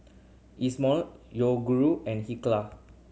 Isomil Yoguru and Hilker